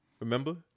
Remember